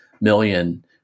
million